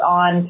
on